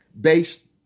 based